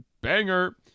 banger